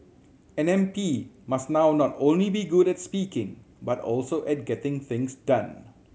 an M P must now not only be good at speaking but also at getting things done